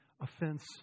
offense